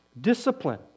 discipline